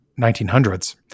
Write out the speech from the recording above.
1900s